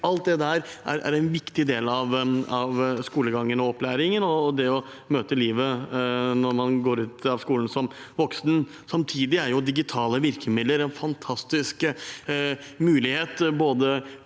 alt dette er en viktig del av skolegangen og opplæringen og det å møte livet når man går ut av skolen som voksen. Samtidig er digitale virkemidler en fantastisk mulighet både